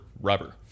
rubber